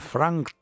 Frank